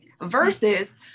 versus